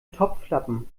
topflappen